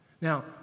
Now